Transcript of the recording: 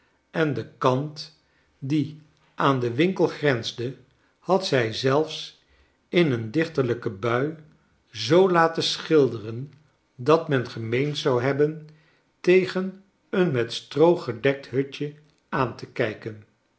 en de kant die aan den winkel grensde had zij zelfs in een dichterlijke bui zoo laten schilderen dat men gemeend zou hebben tegen een met stroo gedekt hutje aan te kijken